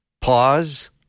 pause